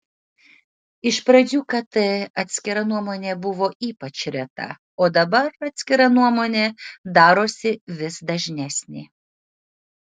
iš pradžių kt atskira nuomonė buvo ypač reta o dabar atskira nuomonė darosi vis dažnesnė